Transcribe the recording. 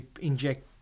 inject